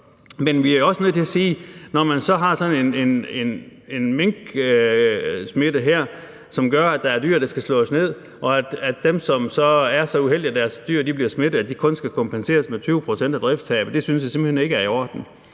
Men jeg er også nødt til at sige, at når man så har sådan en smitte blandt mink her, som gør, at der er dyr, der skal slås ned, og når dem, som er så uheldige, at deres dyr bliver smittet, så kun skal kompenseres med 20 pct. af driftstabet, så synes jeg simpelt hen ikke, det er i orden.